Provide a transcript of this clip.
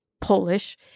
Polish